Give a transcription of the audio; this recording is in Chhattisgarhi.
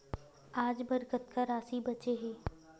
आज बर कतका राशि बचे हे?